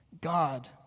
God